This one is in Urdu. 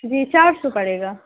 جی چار سو پڑے گا